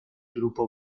grupo